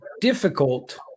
difficult